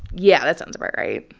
yeah. that sounds about right